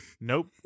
Nope